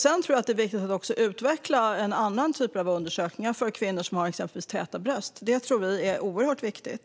Det är också viktigt att utveckla en annan typ av undersökningar för till exempel kvinnor med täta bröst. Det är oerhört viktigt.